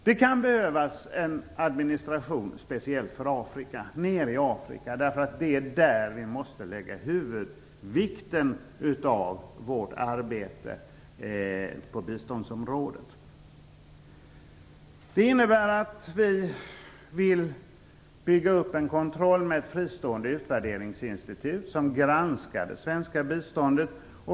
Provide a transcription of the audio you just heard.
Det kan behövas en administration speciellt för Afrika nere i Afrika. Det är där vi måste lägga huvudvikten i vårt arbete på biståndsområdet. Det innebär att vi vill bygga upp en kontroll med fristående utvärderingsinstitut, som granskar det svenska biståndet.